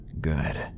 Good